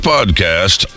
Podcast